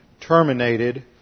terminated